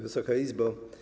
Wysoka Izbo!